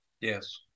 Yes